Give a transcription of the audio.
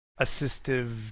assistive